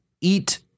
eat